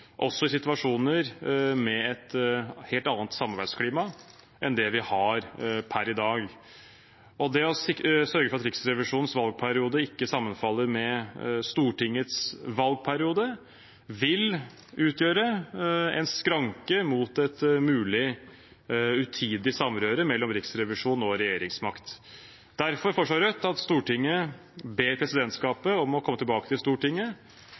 også i situasjoner med et helt annet samarbeidsklima enn det vi har per i dag. Det å sørge for at Riksrevisjonens valgperiode ikke sammenfaller med Stortingets valgperiode, vil utgjøre en skranke mot et mulig utidig samrøre mellom riksrevisjon og regjeringsmakt. Derfor foreslår Rødt at Stortinget ber presidentskapet om å komme tilbake til Stortinget